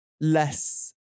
less